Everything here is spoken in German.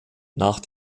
nach